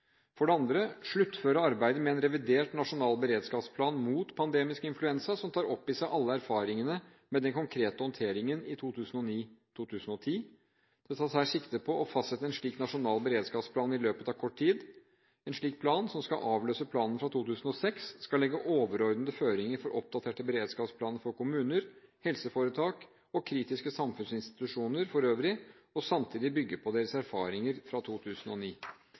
For det andre gjelder det sluttføring av arbeidet med en revidert nasjonal beredskapsplan mot pandemisk influensa som tar opp i seg alle erfaringene med den konkrete håndteringen i 2009–2010. Det tas sikte på å fastsette en slik nasjonal beredskapsplan i løpet av kort tid. En slik plan, som skal avløse planen fra 2006, skal legge overordnede føringer for oppdaterte beredskapsplaner for kommuner, helseforetak og kritiske samfunnsinstitusjoner for øvrig, og samtidig bygge på deres erfaringer fra 2009.